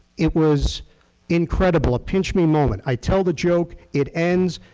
it was incredible, a pinch me moment. i tell the joke, it ends.